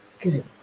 good